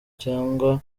cyangwa